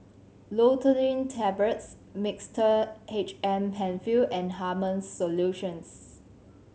Loratadine Tablets Mixtard H M Penfill and Hartman's Solutions